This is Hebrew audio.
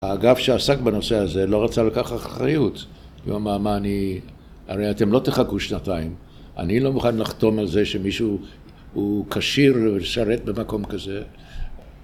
האגף שעסק בנושא הזה, לא רצה לקחת אחריות. הוא אמר, מה אני... הרי אתם לא תחכו שנתיים. אני לא מוכן לחתום על זה שמישהו הוא כשיר לשרת במקום כזה.